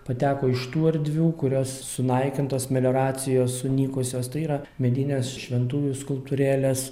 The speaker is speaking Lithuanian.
pateko iš tų erdvių kurios sunaikintos melioracijos sunykusios tai yra medinės šventųjų skulptūrėlės